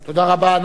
נא לשבת.